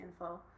info